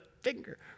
finger